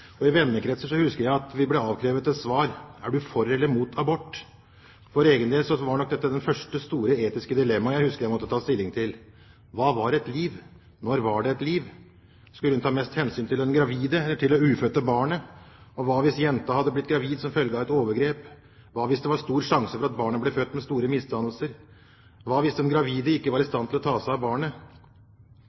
I vennekretser husker jeg at vi ble avkrevet et svar: Er du for eller imot abort? For egen del var nok dette det første store etiske dilemmaet jeg husker jeg måtte ta stilling til: Hva var et liv – når var det et liv? Skulle en ta mest hensyn til den gravide, eller skulle en ta mest hensyn til det ufødte barnet? Og hva hvis jenta hadde blitt gravid som følge av et overgrep? Hva hvis det var stor sjanse for at barnet ble født med store misdannelser? Hva hvis den gravide ikke var i stand til å ta seg av barnet?